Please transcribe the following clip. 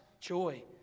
joy